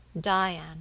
DIANE